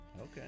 Okay